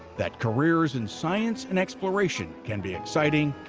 that careers in science and exploration can be exciting,